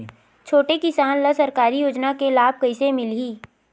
छोटे किसान ला सरकारी योजना के लाभ कइसे मिलही?